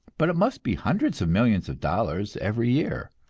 but it must be hundreds of millions of dollars every year.